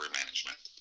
management